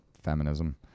feminism